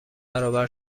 برابر